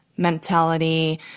Mentality